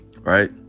Right